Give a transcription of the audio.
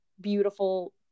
beautiful